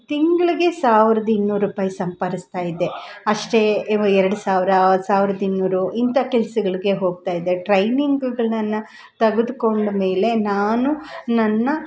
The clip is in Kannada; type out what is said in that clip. ತಿಂಗ್ಳಿಗೆ ಸಾವ್ರದ ಇನ್ನೂರು ರೂಪಾಯಿ ಸಂಪಾದಿಸ್ತಾಯಿದ್ದೆ ಅಷ್ಟೇ ಎರಡು ಸಾವಿರ ಸಾವ್ರದ ಇನ್ನೂರು ಇಂಥ ಕೆಲ್ಸಗಳಿಗೆ ಹೋಗ್ತಾಯಿದ್ದೆ ಟ್ರೈನಿಂಗ್ಗಳು ನನ್ನ ತೆಗ್ದುಕೊಂಡ ಮೇಲೆ ನಾನು ನನ್ನ